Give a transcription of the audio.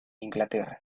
inglaterra